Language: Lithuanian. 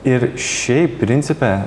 ir šiaip principe